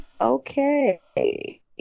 okay